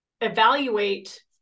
evaluate